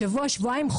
שבוע-שבועיים,